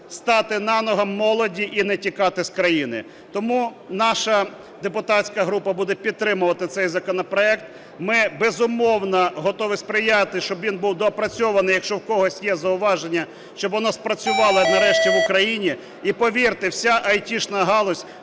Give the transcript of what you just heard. стати на ноги молоді і не тікати з країни. Тому наша депутатська група буде підтримувати цей законопроект, ми безумовно готові сприяти, щоб він був доопрацьований, якщо у когось є зауваження, щоб воно спрацювало нарешті в Україні. І, повірте, вся айтішна галузь,